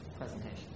presentation